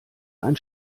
ein